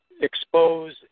expose